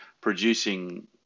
producing